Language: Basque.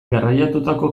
garraiatutako